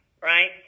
right